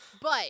But-